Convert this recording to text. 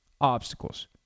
obstacles